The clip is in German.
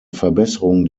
verbesserung